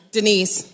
Denise